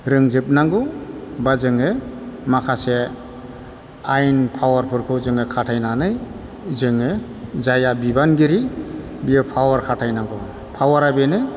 रोंजोबनांगौ बा जोङो माखासे आइन पावारफोरखौ जोङो खातायनानै जोङो जायहा बिबानगिरि बियो पावार खातायनांगौ पावारा बेनो